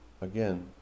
Again